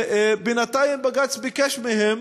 ובינתיים בג"ץ ביקש מהם